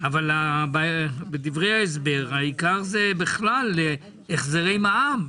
אבל בדברי ההסבר העיקר זה בכלל החזרי מע"מ,